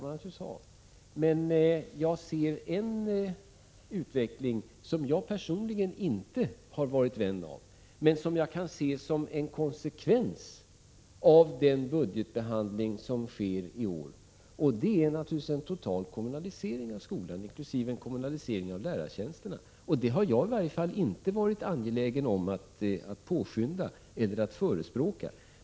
Jag ser emellertid då en utveckling som jag personligen inte är vän av men som kan bli en konsekvens av den budgetbehandling som sker i år, och det är en total kommunalisering av skolan, inkl. en kommunalisering av lärartjänsterna. Det är en utveckling som i varje fall jag inte har varit angelägen om att påskynda eller att förespråka.